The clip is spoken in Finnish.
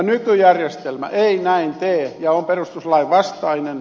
nykyjärjestelmä ei näin tee ja on perustuslain vastainen